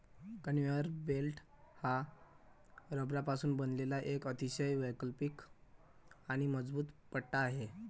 conveyor belt हा रबरापासून बनवलेला एक अतिशय वैयक्तिक आणि मजबूत पट्टा आहे